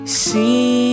see